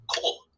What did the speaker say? cool